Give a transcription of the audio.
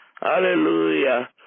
Hallelujah